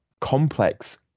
complex